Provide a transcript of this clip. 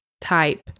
type